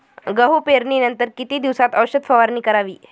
गहू पेरणीनंतर किती दिवसात औषध फवारणी करावी?